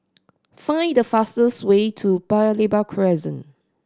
find the fastest way to Paya Lebar Crescent